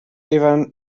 even